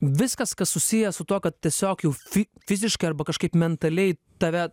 viskas kas susiję su tuo kad tiesiog jau fi fiziškai arba kažkaip mentaliai tave